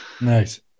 nice